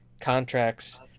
contracts